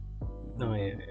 No